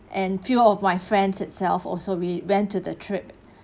and few of my friends itself also we went to the trip